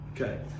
okay